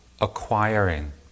acquiring